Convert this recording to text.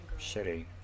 shitty